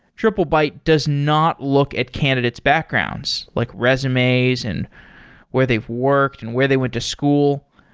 triplebyte does not look at candidate's backgrounds, like resumes and where they've worked and where they went to school.